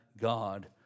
God